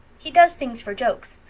he does things for jokes.